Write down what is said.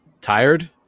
tired